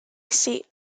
seat